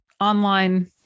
online